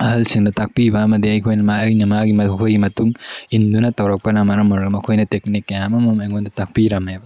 ꯑꯍꯜꯁꯤꯡꯅ ꯇꯥꯛꯄꯤꯕ ꯑꯃꯗꯤ ꯑꯩꯈꯣꯏꯅ ꯑꯩꯅ ꯃꯥꯒꯤ ꯃꯈꯣꯏꯒꯤ ꯃꯇꯨꯡ ꯏꯟꯗꯨꯅ ꯇꯧꯔꯛꯄꯅ ꯃꯔꯝ ꯑꯣꯏꯔꯒ ꯃꯈꯣꯏꯅ ꯇꯦꯛꯅꯤꯛ ꯀꯌꯥ ꯑꯃꯃꯝ ꯑꯩꯉꯣꯟꯗ ꯇꯥꯛꯄꯤꯔꯝꯃꯦꯕ